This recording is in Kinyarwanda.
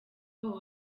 aho